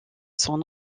son